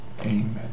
Amen